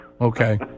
Okay